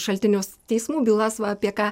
šaltinius teismų bylas va apie ką